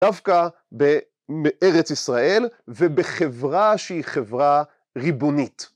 דווקא בארץ ישראל ובחברה שהיא חברה ריבונית.